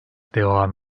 devam